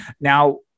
Now